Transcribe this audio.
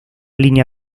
línea